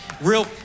Real